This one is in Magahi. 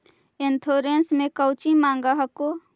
इंश्योरेंस मे कौची माँग हको?